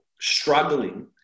struggling